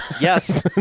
yes